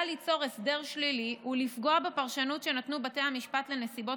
ליצור הסדר שלילי ולפגוע בפרשנות שנתנו בתי המשפט לנסיבות